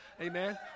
Amen